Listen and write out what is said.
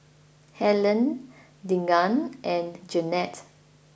Helene Deegan and Jennette